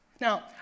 Now